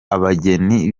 abageni